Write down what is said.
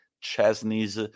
Chesney's